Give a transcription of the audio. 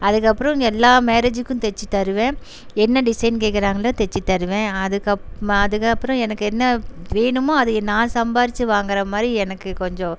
அதுக்கப்புறம் எல்லா மேரேஜிக்கும் தைச்சுத் தருவேன் என்ன டிசைன் கேட்குறாங்களோ தைச்சுத் தருவேன் அதுக்கப் அதுக்கப்புறம் எனக்கு என்ன வேணுமோ அதையே நான் சம்பாரித்து வாங்குற மாதிரி எனக்கு கொஞ்சம்